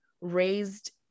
raised